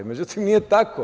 Međutim, nije tako.